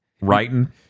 Writing